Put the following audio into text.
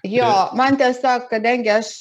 jo man tiesiog kadangi aš